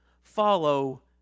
follow